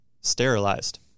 sterilized